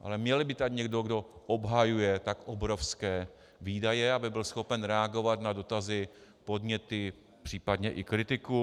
Ale měl by tady být někdo, kdo obhajuje tak obrovské výdaje, aby byl schopen reagovat na dotazy, podněty, příp. i kritiku.